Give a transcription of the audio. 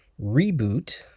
reboot